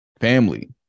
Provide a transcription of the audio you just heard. family